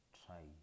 try